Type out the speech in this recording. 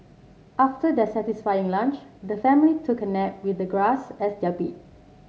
after their satisfying lunch the family took a nap with the grass as their bed